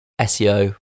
SEO